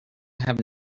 have